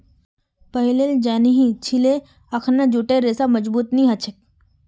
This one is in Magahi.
पहिलेल जानिह छिले अखना जूटेर रेशा मजबूत नी ह छेक